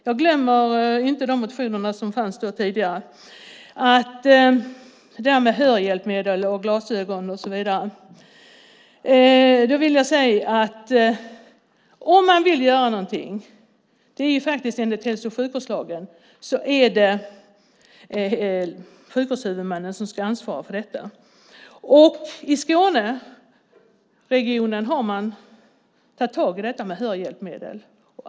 Jag glömmer inte de motioner som fanns tidigare om hörhjälpmedel, glasögon och så vidare. Om man vill göra något enligt hälso och sjukvårdslagen är det sjukvårdshuvudmännen som har ansvar för det. I Skåneregionen har man tagit tag i frågan om hörhjälpmedel.